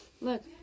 Look